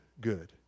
good